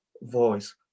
voice